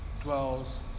dwells